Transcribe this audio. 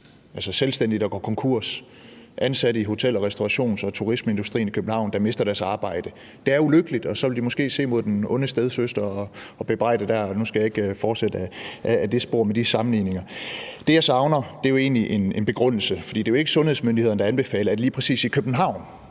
– selvstændige, der går konkurs, ansatte i hotel-, restaurations- og turismeindustrien i København, der mister deres arbejde. Det er ulykkeligt, og så vil de måske se imod den onde stedsøster og bebrejde hende. Nu skal jeg ikke fortsætte ad det spor med de sammenligninger. Det, jeg savner, er egentlig en begrundelse, for det var ikke sundhedsmyndighederne, der anbefalede, at det lige præcis skulle